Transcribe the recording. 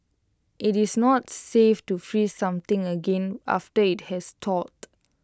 IT is not safe to freeze something again after IT has thawed